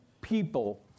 people